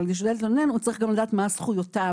אבל בשביל להתלונן הוא צריך לדעת מה זכויותיו.